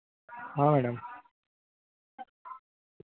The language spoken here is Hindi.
हाँ मैडम